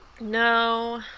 No